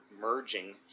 merging